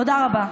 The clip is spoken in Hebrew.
תודה רבה.